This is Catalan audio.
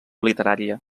literària